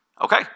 Okay